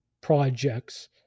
projects